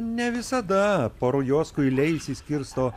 ne visada po rujos kuiliai išsiskirsto